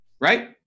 right